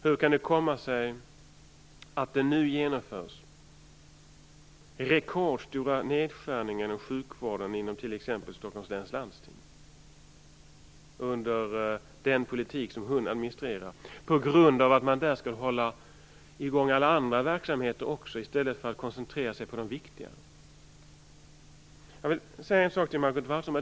Hur kan det komma sig att det nu genomförs rekordstora nedskärningar inom sjukvården, i t.ex. Stockholms läns landsting, under den politik som hon administrerar, på grund av att man där skall hålla i gång alla andra verksamheter också, i stället för att koncentrera sig på de viktiga? Jag vill säga en sak till Margot Wallström.